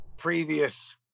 previous